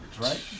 right